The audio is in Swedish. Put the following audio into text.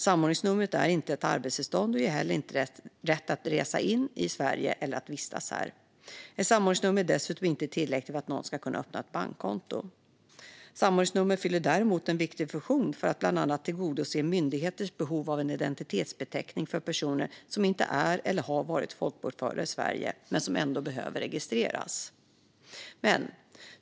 Samordningsnumret är inte ett arbetstillstånd och ger inte heller rätt att resa in i Sverige eller att vistas här. Ett samordningsnummer är dessutom inte tillräckligt för att någon ska kunna öppna ett bankkonto. Samordningsnummer fyller däremot en viktig funktion genom att bland annat tillgodose myndigheters behov av en identitetsbeteckning för personer som inte är eller har varit folkbokförda i Sverige men som ändå behöver registreras.